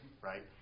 right